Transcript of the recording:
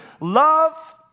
love